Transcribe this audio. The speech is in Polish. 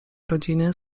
rodziny